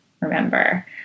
remember